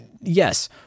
yes